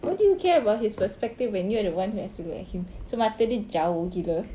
why do you care about his perspective when you're the one who has to look at him so mata dia jauh gila